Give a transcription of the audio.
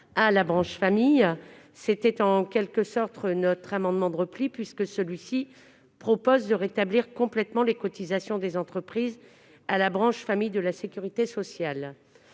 à la branche famille. C'était en quelque sorte notre amendement de repli puisque celui-ci vise à rétablir complètement les cotisations des entreprises à la branche famille de la sécurité sociale.